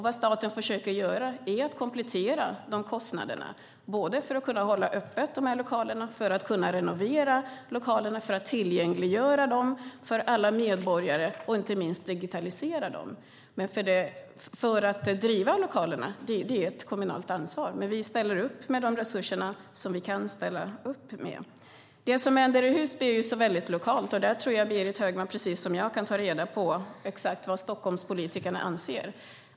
Vad staten försöker göra är att komplettera kostnaderna för att kunna hålla dessa lokaler öppna, renovera lokalerna, tillgängliggöra dem för alla medborgare och inte minst digitalisera dem. Att driva lokalerna är ett kommunalt ansvar, men vi ställer upp med de resurser som vi kan ställa upp med. Det som händer i Husby är väldigt lokalt, och jag tror att Berit Högman, precis som jag, kan ta reda på exakt vad stockholmspolitikerna anser.